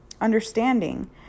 understanding